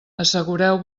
assegureu